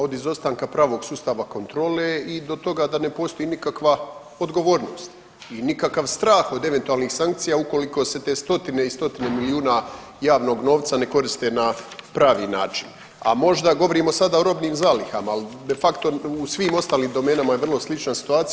Od izostanka pravog sustava kontrole i do toga da ne postoji nikakva odgovornost i nikakav strah od eventualnih sankcija ukoliko se te stotine i stotine milijuna javnog novca ne koriste na pravi način, a možda govorimo sada o robnim zalihama, ali de facto u svim ostalim domenama je vrlo slična situacija.